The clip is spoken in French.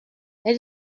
les